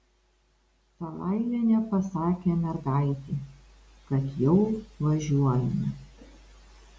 talailienė pasakė mergaitei kad jau važiuojame